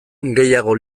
gehiago